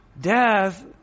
Death